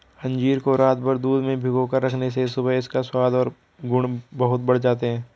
अंजीर को रातभर दूध में भिगोकर रखने से सुबह इसका स्वाद और गुण बहुत बढ़ जाते हैं